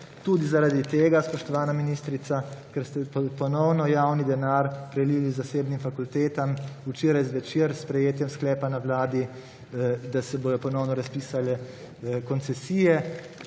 Tudi zaradi tega, spoštovana ministrica, ker ste ponovno javni denar prelili zasebnim fakultetam, včeraj zvečer s sprejetjem sklepa na Vladi, da se bodo ponovno razpisale koncesije.